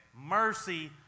Mercy